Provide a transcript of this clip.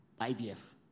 IVF